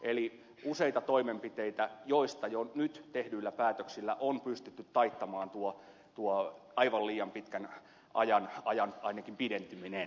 eli on useita toimenpiteitä joista jo nyt tehdyillä päätöksillä on ainakin pystytty taittamaan tuo aivan liian pitkän ajan pidentyminen